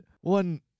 One